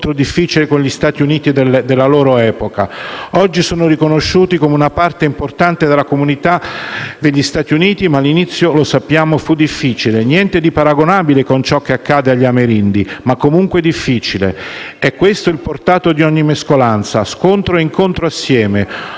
gli effetti di un incontro difficile con gli Stati Uniti della loro epoca. Oggi sono riconosciuti come una parte importante della comunità degli Stati Uniti, ma l'inizio - lo sappiamo - fu difficile: niente di paragonabile con ciò che accade agli amerindi, ma comunque difficile. È questo il portato di ogni mescolanza, scontro e incontro assieme.